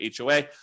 HOA